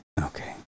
Okay